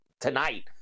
tonight